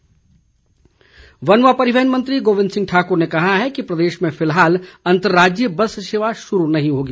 गोविंद ठाक्र वन व परिवहन मंत्री गोविंद ठाकुर ने कहा है कि प्रदेश में फिलहाल अंतर्राज्यीय बस सेवा शुरू नहीं होगी